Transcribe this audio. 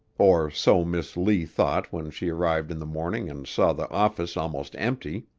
or so miss lee thought when she arrived in the morning and saw the office almost empty.